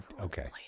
Okay